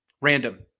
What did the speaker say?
random